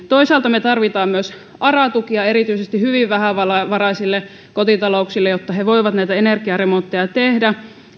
toisaalta me tarvitsemme myös ara tukia erityisesti hyvin vähävaraisille kotitalouksille jotta ne voivat näitä energiaremontteja tehdä